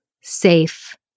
safe